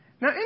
Now